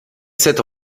cette